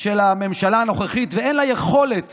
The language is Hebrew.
של הממשלה הנוכחית ואין לה יכולת